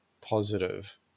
positive